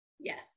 Yes